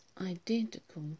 identical